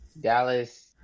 Dallas